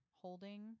holding